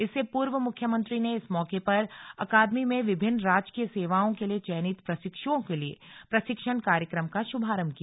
इससे पूर्व मुख्यमंत्री ने इस मौके पर अकादमी में विभिन्न राजकीय सेवाओं लिए चयनित प्रशिक्षुओं के लिए प्रशिक्षण कार्यक्रम का शुभारंभ किया